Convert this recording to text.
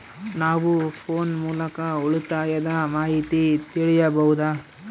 ನಾವು ಫೋನ್ ಮೂಲಕ ಉಳಿತಾಯದ ಮಾಹಿತಿ ತಿಳಿಯಬಹುದಾ?